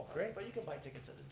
great. but you can buy tickets at